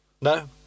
No